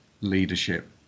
leadership